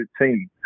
team